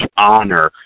honor